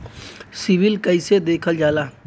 CIBIL कैसे देखल जाला?